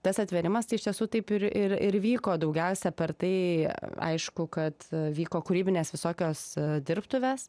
tas atvėrimas tai iš tiesų taip ir ir ir vyko daugiausia per tai aišku kad vyko kūrybinės visokios dirbtuvės